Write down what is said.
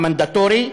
המנדטורי.